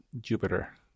Jupiter